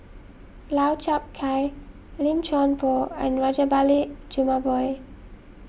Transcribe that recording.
Lau Chiap Khai Lim Chuan Poh and Rajabali Jumabhoy